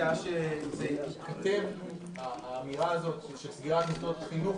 היתה שהאמירה הזאת של סגירת מוסדות החינוך